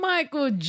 Michael